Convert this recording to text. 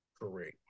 Correct